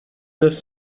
neuf